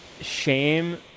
shame